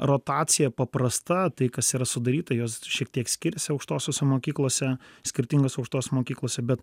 rotacija paprasta tai kas yra sudaryta jos šiek tiek skiriasi aukštosiose mokyklose skirtingose aukštose mokyklose bet